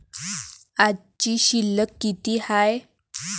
आजची शिल्लक किती हाय?